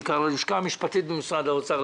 בעיקר ללשכה המשפטית במשרד האוצר,